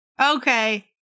Okay